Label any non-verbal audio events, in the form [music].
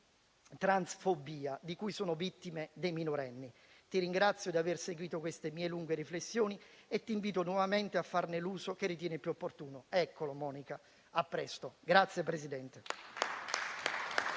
bi-, transfobia di cui sono vittime dei minorenni. Ti ringrazio di aver seguito queste mie lunghe riflessioni e ti invito nuovamente a farne l'uso che ritieni più opportuno». Eccolo, Monica, a presto. [applause]